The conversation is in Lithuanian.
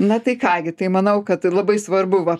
na tai ką gi tai manau kad labai svarbu va